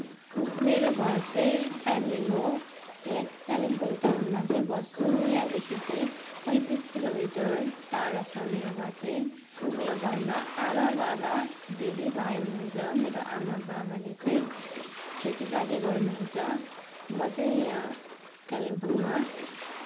मेरो घर चाहिँ पेमलिङ हो म यहाँ कालिम्पोङ टाउनमा चाहिँ बस्छु म यहाँदेखि चाहिँ पैँतिस किलोमिटर टाढा छ मेरो घर चाहिँ मेरो घरमा आमा बाबा दिदी भाइ हुनुहुन्छ मेरो आमा बाबले चाहिँ खेतिपाती गर्नुहुन्छ म चाहिँ यहाँ कालिम्पोङमा